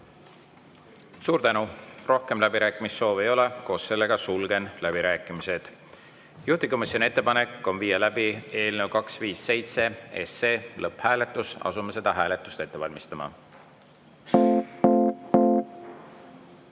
Suur tänu! Rohkem läbirääkimise soovi ei ole. Sulgen läbirääkimised. Juhtivkomisjoni ettepanek on viia läbi eelnõu 257 lõpphääletus. Asume seda hääletust ette valmistama.